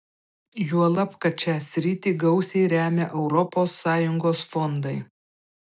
juolab kad šią sritį gausiai remia europos sąjungos fondai